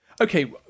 Okay